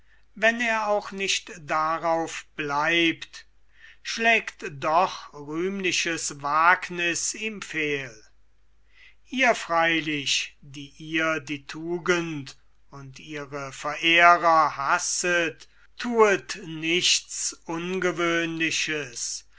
wenn er auch nicht darauf bleibt schlägt doch rühmliches wagniß ihm fehl ihr freilich die ihr die tugend und ihre verehrer hasset thue nichts ungewöhnliches